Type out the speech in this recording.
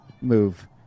move